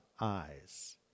eyes